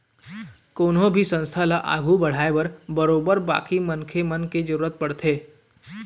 कोनो भी संस्था ल आघू बढ़ाय बर बरोबर बाकी मनखे मन के जरुरत पड़थे